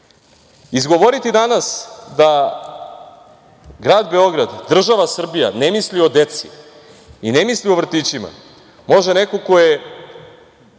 danas da grad Beograd, država Srbija ne misli o deci i ne misli o vrtićima može neko ko je